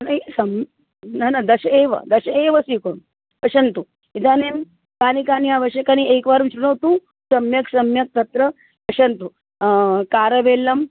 नैव सः न न दश एव दश एव स्वीकु पशन्तु इदानीं कानि कानि आवश्यकानि एकवारं शृणोतु सम्यक् सम्यक् तत्र पशन्तु कारवेल्लं